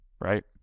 right